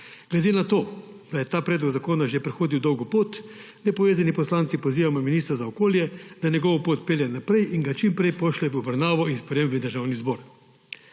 usklajevanju. Ker je ta predlog zakona že prehodil dolgo pot, nepovezani poslanci pozivamo ministra za okolje, da njegovo pot pelje naprej in ga čim prej pošlje v obravnavo in sprejetje v Državni zbor.